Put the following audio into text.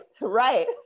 Right